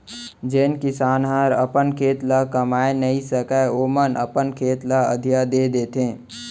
जेन किसान हर अपन खेत ल कमाए नइ सकय ओमन अपन खेत ल अधिया दे देथे